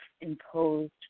imposed